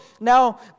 now